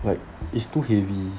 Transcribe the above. like it's too heavy